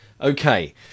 Okay